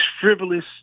frivolous